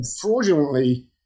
fraudulently